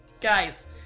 guys